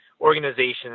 organizations